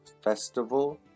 festival